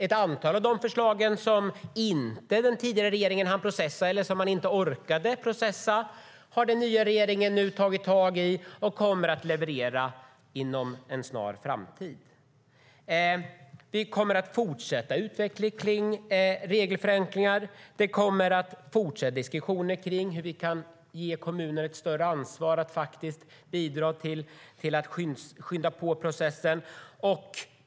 Ett antal av de förslag som den tidigare regeringen inte hann eller orkade processa har den nya regeringen nu tagit tag i, och man kommer att leverera dem inom en snar framtid. Vi kommer att fortsätta utvecklingen av regelförenklingar. Det kommer fortsatta diskussioner om hur vi kan ge kommuner ett större ansvar att bidra till att skynda på processen.